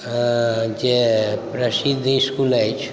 जे प्रसिद्ध इसकुल अछि